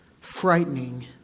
Frightening